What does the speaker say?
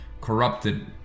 corrupted